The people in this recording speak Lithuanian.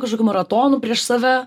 kažkokių maratonų prieš save